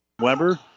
Weber